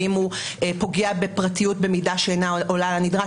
האם הוא פוגע בפרטיות במידה שאינה עולה על הנדרש,